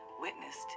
witnessed